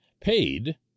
paid